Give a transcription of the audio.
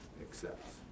accepts